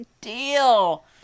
deal